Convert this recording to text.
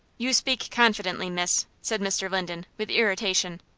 you speak confidently, miss, said mr. linden, with irritation.